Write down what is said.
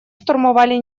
штурмовали